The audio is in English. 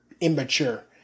immature